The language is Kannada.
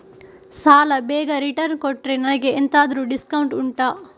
ಸಾಲ ಬೇಗ ರಿಟರ್ನ್ ಕೊಟ್ರೆ ನನಗೆ ಎಂತಾದ್ರೂ ಡಿಸ್ಕೌಂಟ್ ಉಂಟಾ